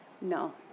No